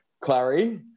Clary